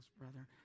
brother